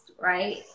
right